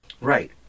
Right